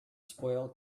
spoiled